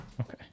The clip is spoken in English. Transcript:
Okay